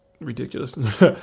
ridiculous